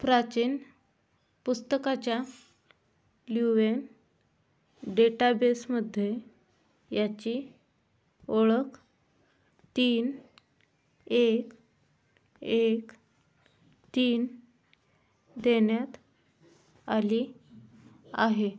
प्राचीन पुस्तकाच्या ल्युएन डेटाबेसमध्ये याची ओळख तीन एक एक तीन देण्यात आली आहे